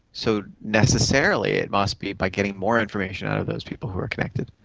so necessarily it must be by getting more information out of those people who are connected,